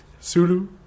Sulu